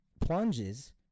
plunges